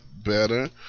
better